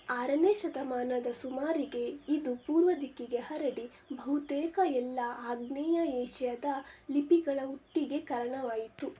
ಆರನೇ ಶತಮಾನದ ಸುಮಾರಿಗೆ ಇದು ಪೂರ್ವದಿಕ್ಕಿಗೆ ಹರಡಿ ಬಹುತೇಕ ಎಲ್ಲ ಆಗ್ನೇಯ ಏಷ್ಯಾದ ಲಿಪಿಗಳ ಹುಟ್ಟಿಗೆ ಕಾರಣವಾಯಿತು